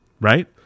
Right